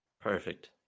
Perfect